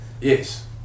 yes